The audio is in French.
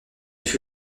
fut